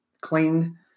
clean